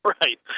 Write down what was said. Right